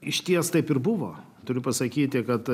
išties taip ir buvo turiu pasakyti kad